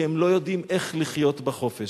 כי הם לא יודעים איך לחיות בחופש.